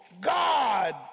God